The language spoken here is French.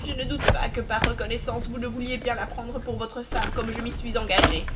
je ne doute pas que par reconnaissance vous ne vouliez bien la prendre pour votre femme comme je m'y suis engagé